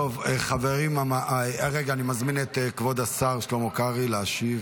אני מזמין את כבוד השר שלמה קרעי להשיב